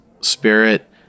spirit